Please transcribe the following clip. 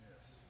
Yes